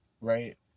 Right